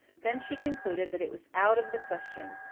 then she concluded that it was out of the question.